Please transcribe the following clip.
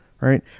Right